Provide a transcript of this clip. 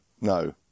no